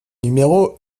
numéro